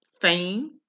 fame